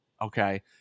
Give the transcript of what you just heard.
Okay